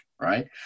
right